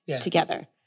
together